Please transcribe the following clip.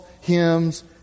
hymns